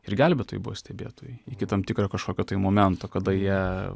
ir gelbėtojai buvo stebėtojai iki tam tikro kažkokio tai momento kada jie